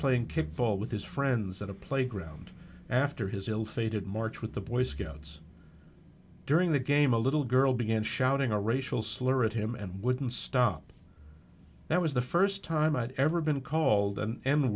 playing kickball with his friends at a playground after his ill fated march with the boy scouts during the game a little girl began shouting a racial slur at him and wouldn't stop that was the first time i'd ever been called an